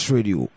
Radio